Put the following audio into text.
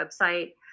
website